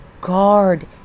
guard